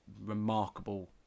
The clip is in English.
remarkable